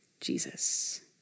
Jesus